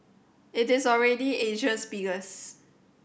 it is already Asia's biggest